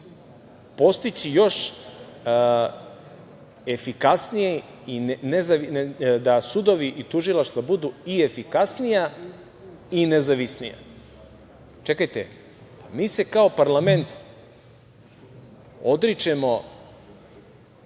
Cilj je postići da sudovi i tužilaštva budu i efikasniji i nezavisniji. Čekajte, mi se kao parlament odričemo